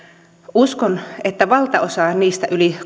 uskon että valtaosa niistä